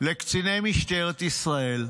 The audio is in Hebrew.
לקציני משטרת ישראל,